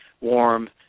warm